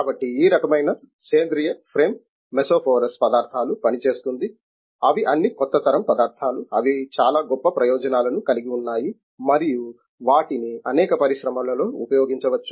కాబట్టి ఈ రకమైన లోహ సేంద్రియ ఫ్రేమ్ మెసో పోరస్ పదార్థాలు పనిచేస్తుంది అవి అన్ని కొత్త తరం పదార్థాలు అవి చాలా గొప్ప ప్రయోజనాలను కలిగి ఉన్నాయి మరియు వాటిని అనేక పరిశ్రమలలో ఉపయోగించవచ్చు